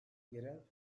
yerel